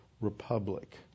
republic